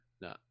No